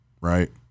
right